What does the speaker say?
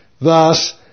Thus